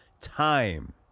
time